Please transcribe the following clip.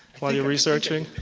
while you were researching?